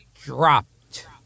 dropped